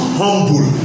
humble